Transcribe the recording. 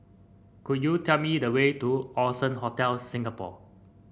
could you tell me the way to Allson Hotel Singapore